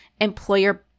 employer